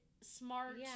smart